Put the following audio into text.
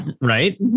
right